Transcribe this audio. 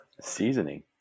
seasoning